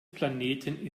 planeten